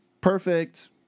perfect